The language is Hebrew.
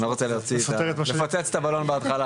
אני פשוט לא רוצה לפוצץ את הבלון בהתחלה.